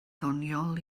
ddoniol